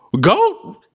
goat